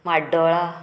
म्हाड्डोळा